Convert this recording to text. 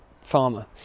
farmer